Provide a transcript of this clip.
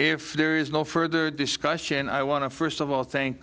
if there is no further discussion i want to first of all thank